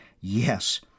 Yes